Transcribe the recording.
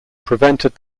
prevented